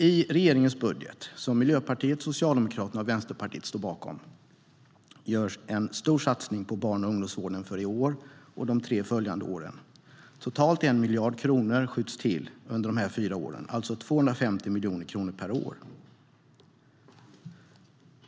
I regeringens budget, som Miljöpartiet, Socialdemokraterna och Vänsterpartiet står bakom, görs en stor satsning på barn och ungdomsvården för i år och de tre följande åren. Totalt 1 miljard kronor skjuts till under de här fyra åren, alltså 250 miljoner kronor per år.